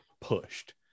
pushed